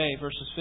Verses